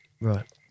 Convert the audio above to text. Right